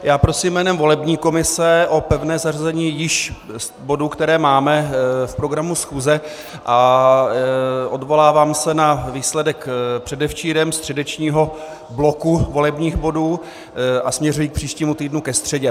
Já prosím jménem volební komise o pevné zařazení již bodů, které máme v programu schůze, a odvolávám se na výsledek předevčírem středečního bloku volebních bodů a směřuji k příštímu týdnu ke středě.